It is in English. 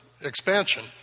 expansion